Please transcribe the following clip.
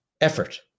effort